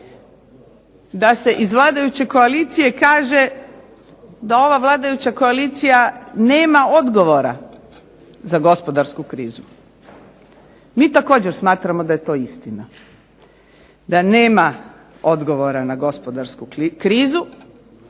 da se iz vladajuće koalicije kaže da ova vladajuća koalicija nema odgovora za gospodarsku krizu. Mi također smatramo da je to istina da nema odgovora na gospodarsku krizu.